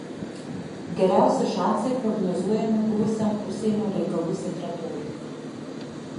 geriausi šansai prognozuojami buvusiam užsienio reikalų sekretoriui